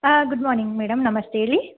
ಹಾಂ good morning madam ನಮಸ್ತೆ ಹೇಳಿ